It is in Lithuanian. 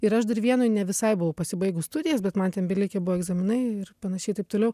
ir aš dar vienoj ne visai buvau pasibaigus studijas bet man ten belikę buvo egzaminai ir panašiai taip toliau